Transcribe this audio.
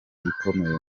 ikomeye